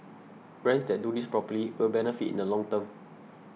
brands that do this properly will benefit in the long term